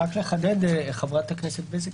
לחדד חברת הכנסת בזק